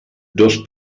dos